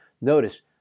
notice